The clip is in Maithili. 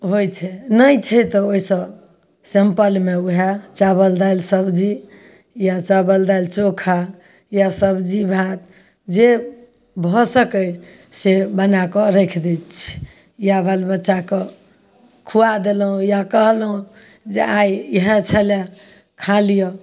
होइत छै नहि छै तऽ ओहिसँ सेम्पलमे ओहए चावल दालि सबजी या चावल दालि चोखा या सबजी भात जे भऽ सकैत से बनाकऽ रखि दै छिया या बालबच्चा कऽ खुआ देलहुँ या कहलहुँ जे आइ इहए छलै खा लिअ